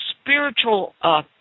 spiritual